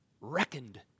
reckoned